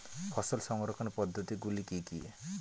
ফসল সংরক্ষণের পদ্ধতিগুলি কি কি?